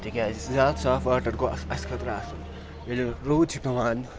تِکیٛازِ زیادٕ صاف واٹَر گوٚو اَسہِ اَسہِ خٲطرٕ اَصٕل ییٚلہِ روٗد چھِ پٮ۪وان